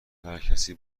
هرکسی